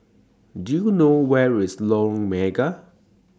Do YOU know Where IS Lorong Mega